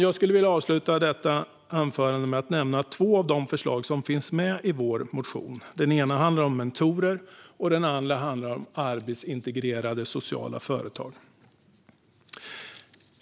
Jag skulle vilja avsluta detta anförande med att nämna två av de förslag som finns med i vår motion. Det ena handlar om mentorer, och det andra handlar om arbetsintegrerande sociala företag.